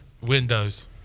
Windows